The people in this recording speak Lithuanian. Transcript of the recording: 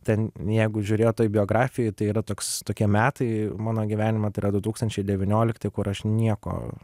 ten jeigu žiūrėjot toj biografijoj tai yra toks tokie metai mano gyvenime tai yra du tūkstančiai devyniolikti kur aš nieko